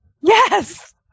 Yes